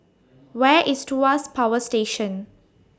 Where IS Tuas Power Station